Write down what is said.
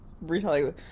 retelling